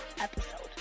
episode